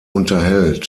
unterhält